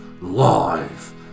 live